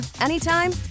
anytime